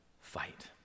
fight